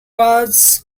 was